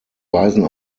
weisen